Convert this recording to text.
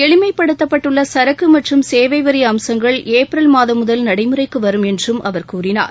எளிமைப்படுத்தப்பட்டுள்ள சரக்கு மற்றும் சேவைவரி அம்சங்கள் ஏப்ரல் மாதம் முதல் நடைமுறைக்கு வரும் என்றும் அவர் கூறினார்